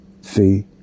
see